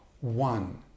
one